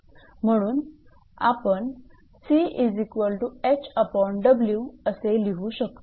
म्हणून आपण असे लिहू शकतो